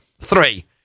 Three